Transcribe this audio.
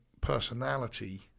personality